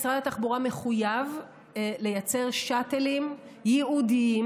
משרד התחבורה מחויב לייצר שאטלים ייעודיים